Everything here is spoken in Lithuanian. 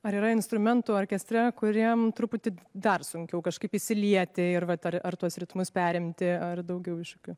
ar yra instrumentų orkestre kuriem truputį dar sunkiau kažkaip isilieti ir vat ar ar tuos ritmus perimti ar daugiau iššūkių